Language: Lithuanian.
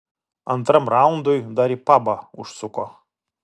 antram raundui dar į pabą užsuko